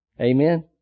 Amen